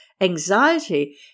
anxiety